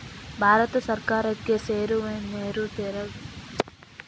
ಭಾರತ ಸರ್ಕಾರಕ್ಕೆ ಸೇರುವನೇರ ತೆರಿಗೆಗಳನ್ನು ಸಂಗ್ರಹಿಸಲು ಮತ್ತು ನಿರ್ವಹಿಸಲು ಪ್ರಾಥಮಿಕವಾಗಿ ಜವಾಬ್ದಾರವಾಗಿದೆ